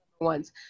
ones